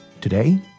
Today